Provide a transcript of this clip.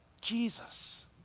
Jesus